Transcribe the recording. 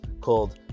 called